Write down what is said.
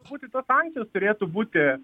būti tos sankcijos turėtų būti